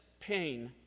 pain